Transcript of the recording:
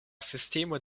sistemo